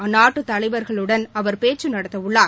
அந்நாட்டு தலைவர்களுடனும் அவர் பேச்சு நடத்தவுள்ளார்